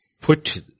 put